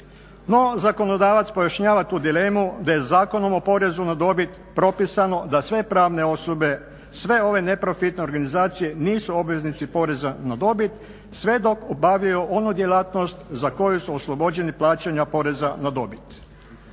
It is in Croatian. No zakonodavac pojašnjava tu dilemu da je Zakonom o porezu na dobit propisano da sve pravne osobe, sve ove neprofitne organizacije nisu obveznici poreza na dobit sve dok obavljaju onu djelatnost za koju su oslobođeni plaćanja poreza na dobit.